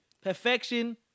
Perfection